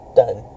done